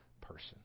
person